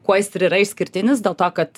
kuo jis ir yra išskirtinis dėl to kad